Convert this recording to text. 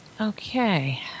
Okay